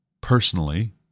personally